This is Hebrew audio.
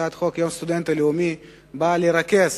הצעת חוק יום הסטודנט הלאומי באה לרכז